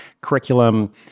curriculum